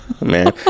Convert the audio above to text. man